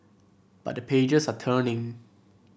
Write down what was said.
but the pages are turning